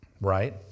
Right